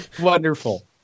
Wonderful